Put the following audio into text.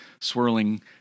swirling